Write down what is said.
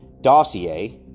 dossier